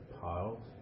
piles